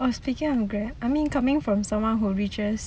I was speaking of grab I mean coming from someone who reaches